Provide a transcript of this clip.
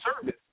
service